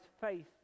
faith